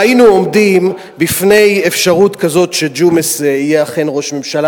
והיינו עומדים בפני אפשרות כזאת שג'ומס יהיה אכן ראש ממשלה.